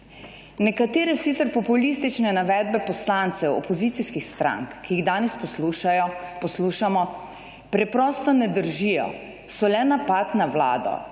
Nekatere sicer populistične navedbe poslancev opozicijskih strank, ki jih danes poslušamo, preprosto ne držijo, so le napad na vlado.